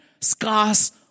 scars